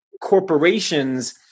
corporations